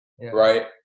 Right